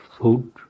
food